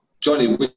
Johnny